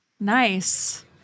Nice